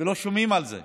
ולא שומעים על זה.